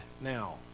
now